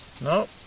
No